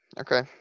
Okay